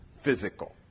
physical